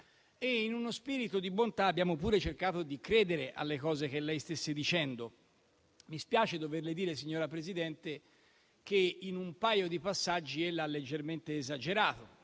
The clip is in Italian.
e, in uno spirito di bontà, abbiamo pure cercato di credere alle affermazioni che lei stava facendo. Mi spiace doverle dire, però, signora Presidente che, in un paio di passaggi, ella ha leggermente esagerato.